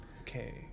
okay